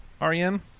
REM